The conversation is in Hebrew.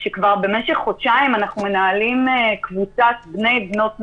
שבמשך חודשיים אנחנו מנהלים קבוצת בני ובנות נוער,